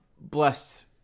blessed